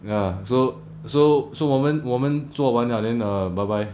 ya so so so 我们我们做完了 then err bye bye